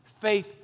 Faith